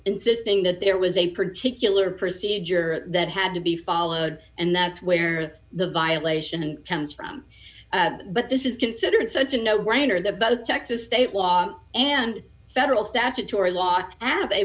insisting that there was a particular procedure that had to be followed and that's where the violation comes from but this is considered such a no brainer the both texas state law and federal statutory law